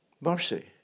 Mercy